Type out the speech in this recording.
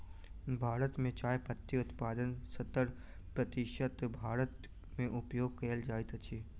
भारत मे चाय पत्ती उत्पादनक सत्तर प्रतिशत भारत मे उपयोग कयल जाइत अछि